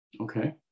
Okay